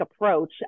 approach